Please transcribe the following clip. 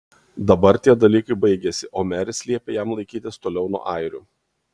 dabar tie dalykai baigėsi o meris liepė jam laikytis toliau nuo airių